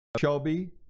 shelby